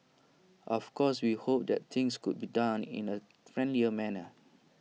of course we hope that things could be done in A friendlier manner